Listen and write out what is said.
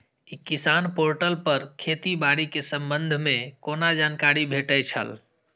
ई किसान पोर्टल पर खेती बाड़ी के संबंध में कोना जानकारी भेटय छल?